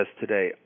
today